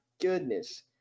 goodness